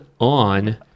on